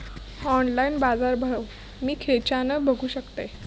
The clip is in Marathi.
ऑनलाइन बाजारभाव मी खेच्यान बघू शकतय?